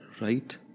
right